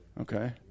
Okay